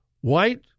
white